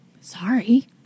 Sorry